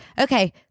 okay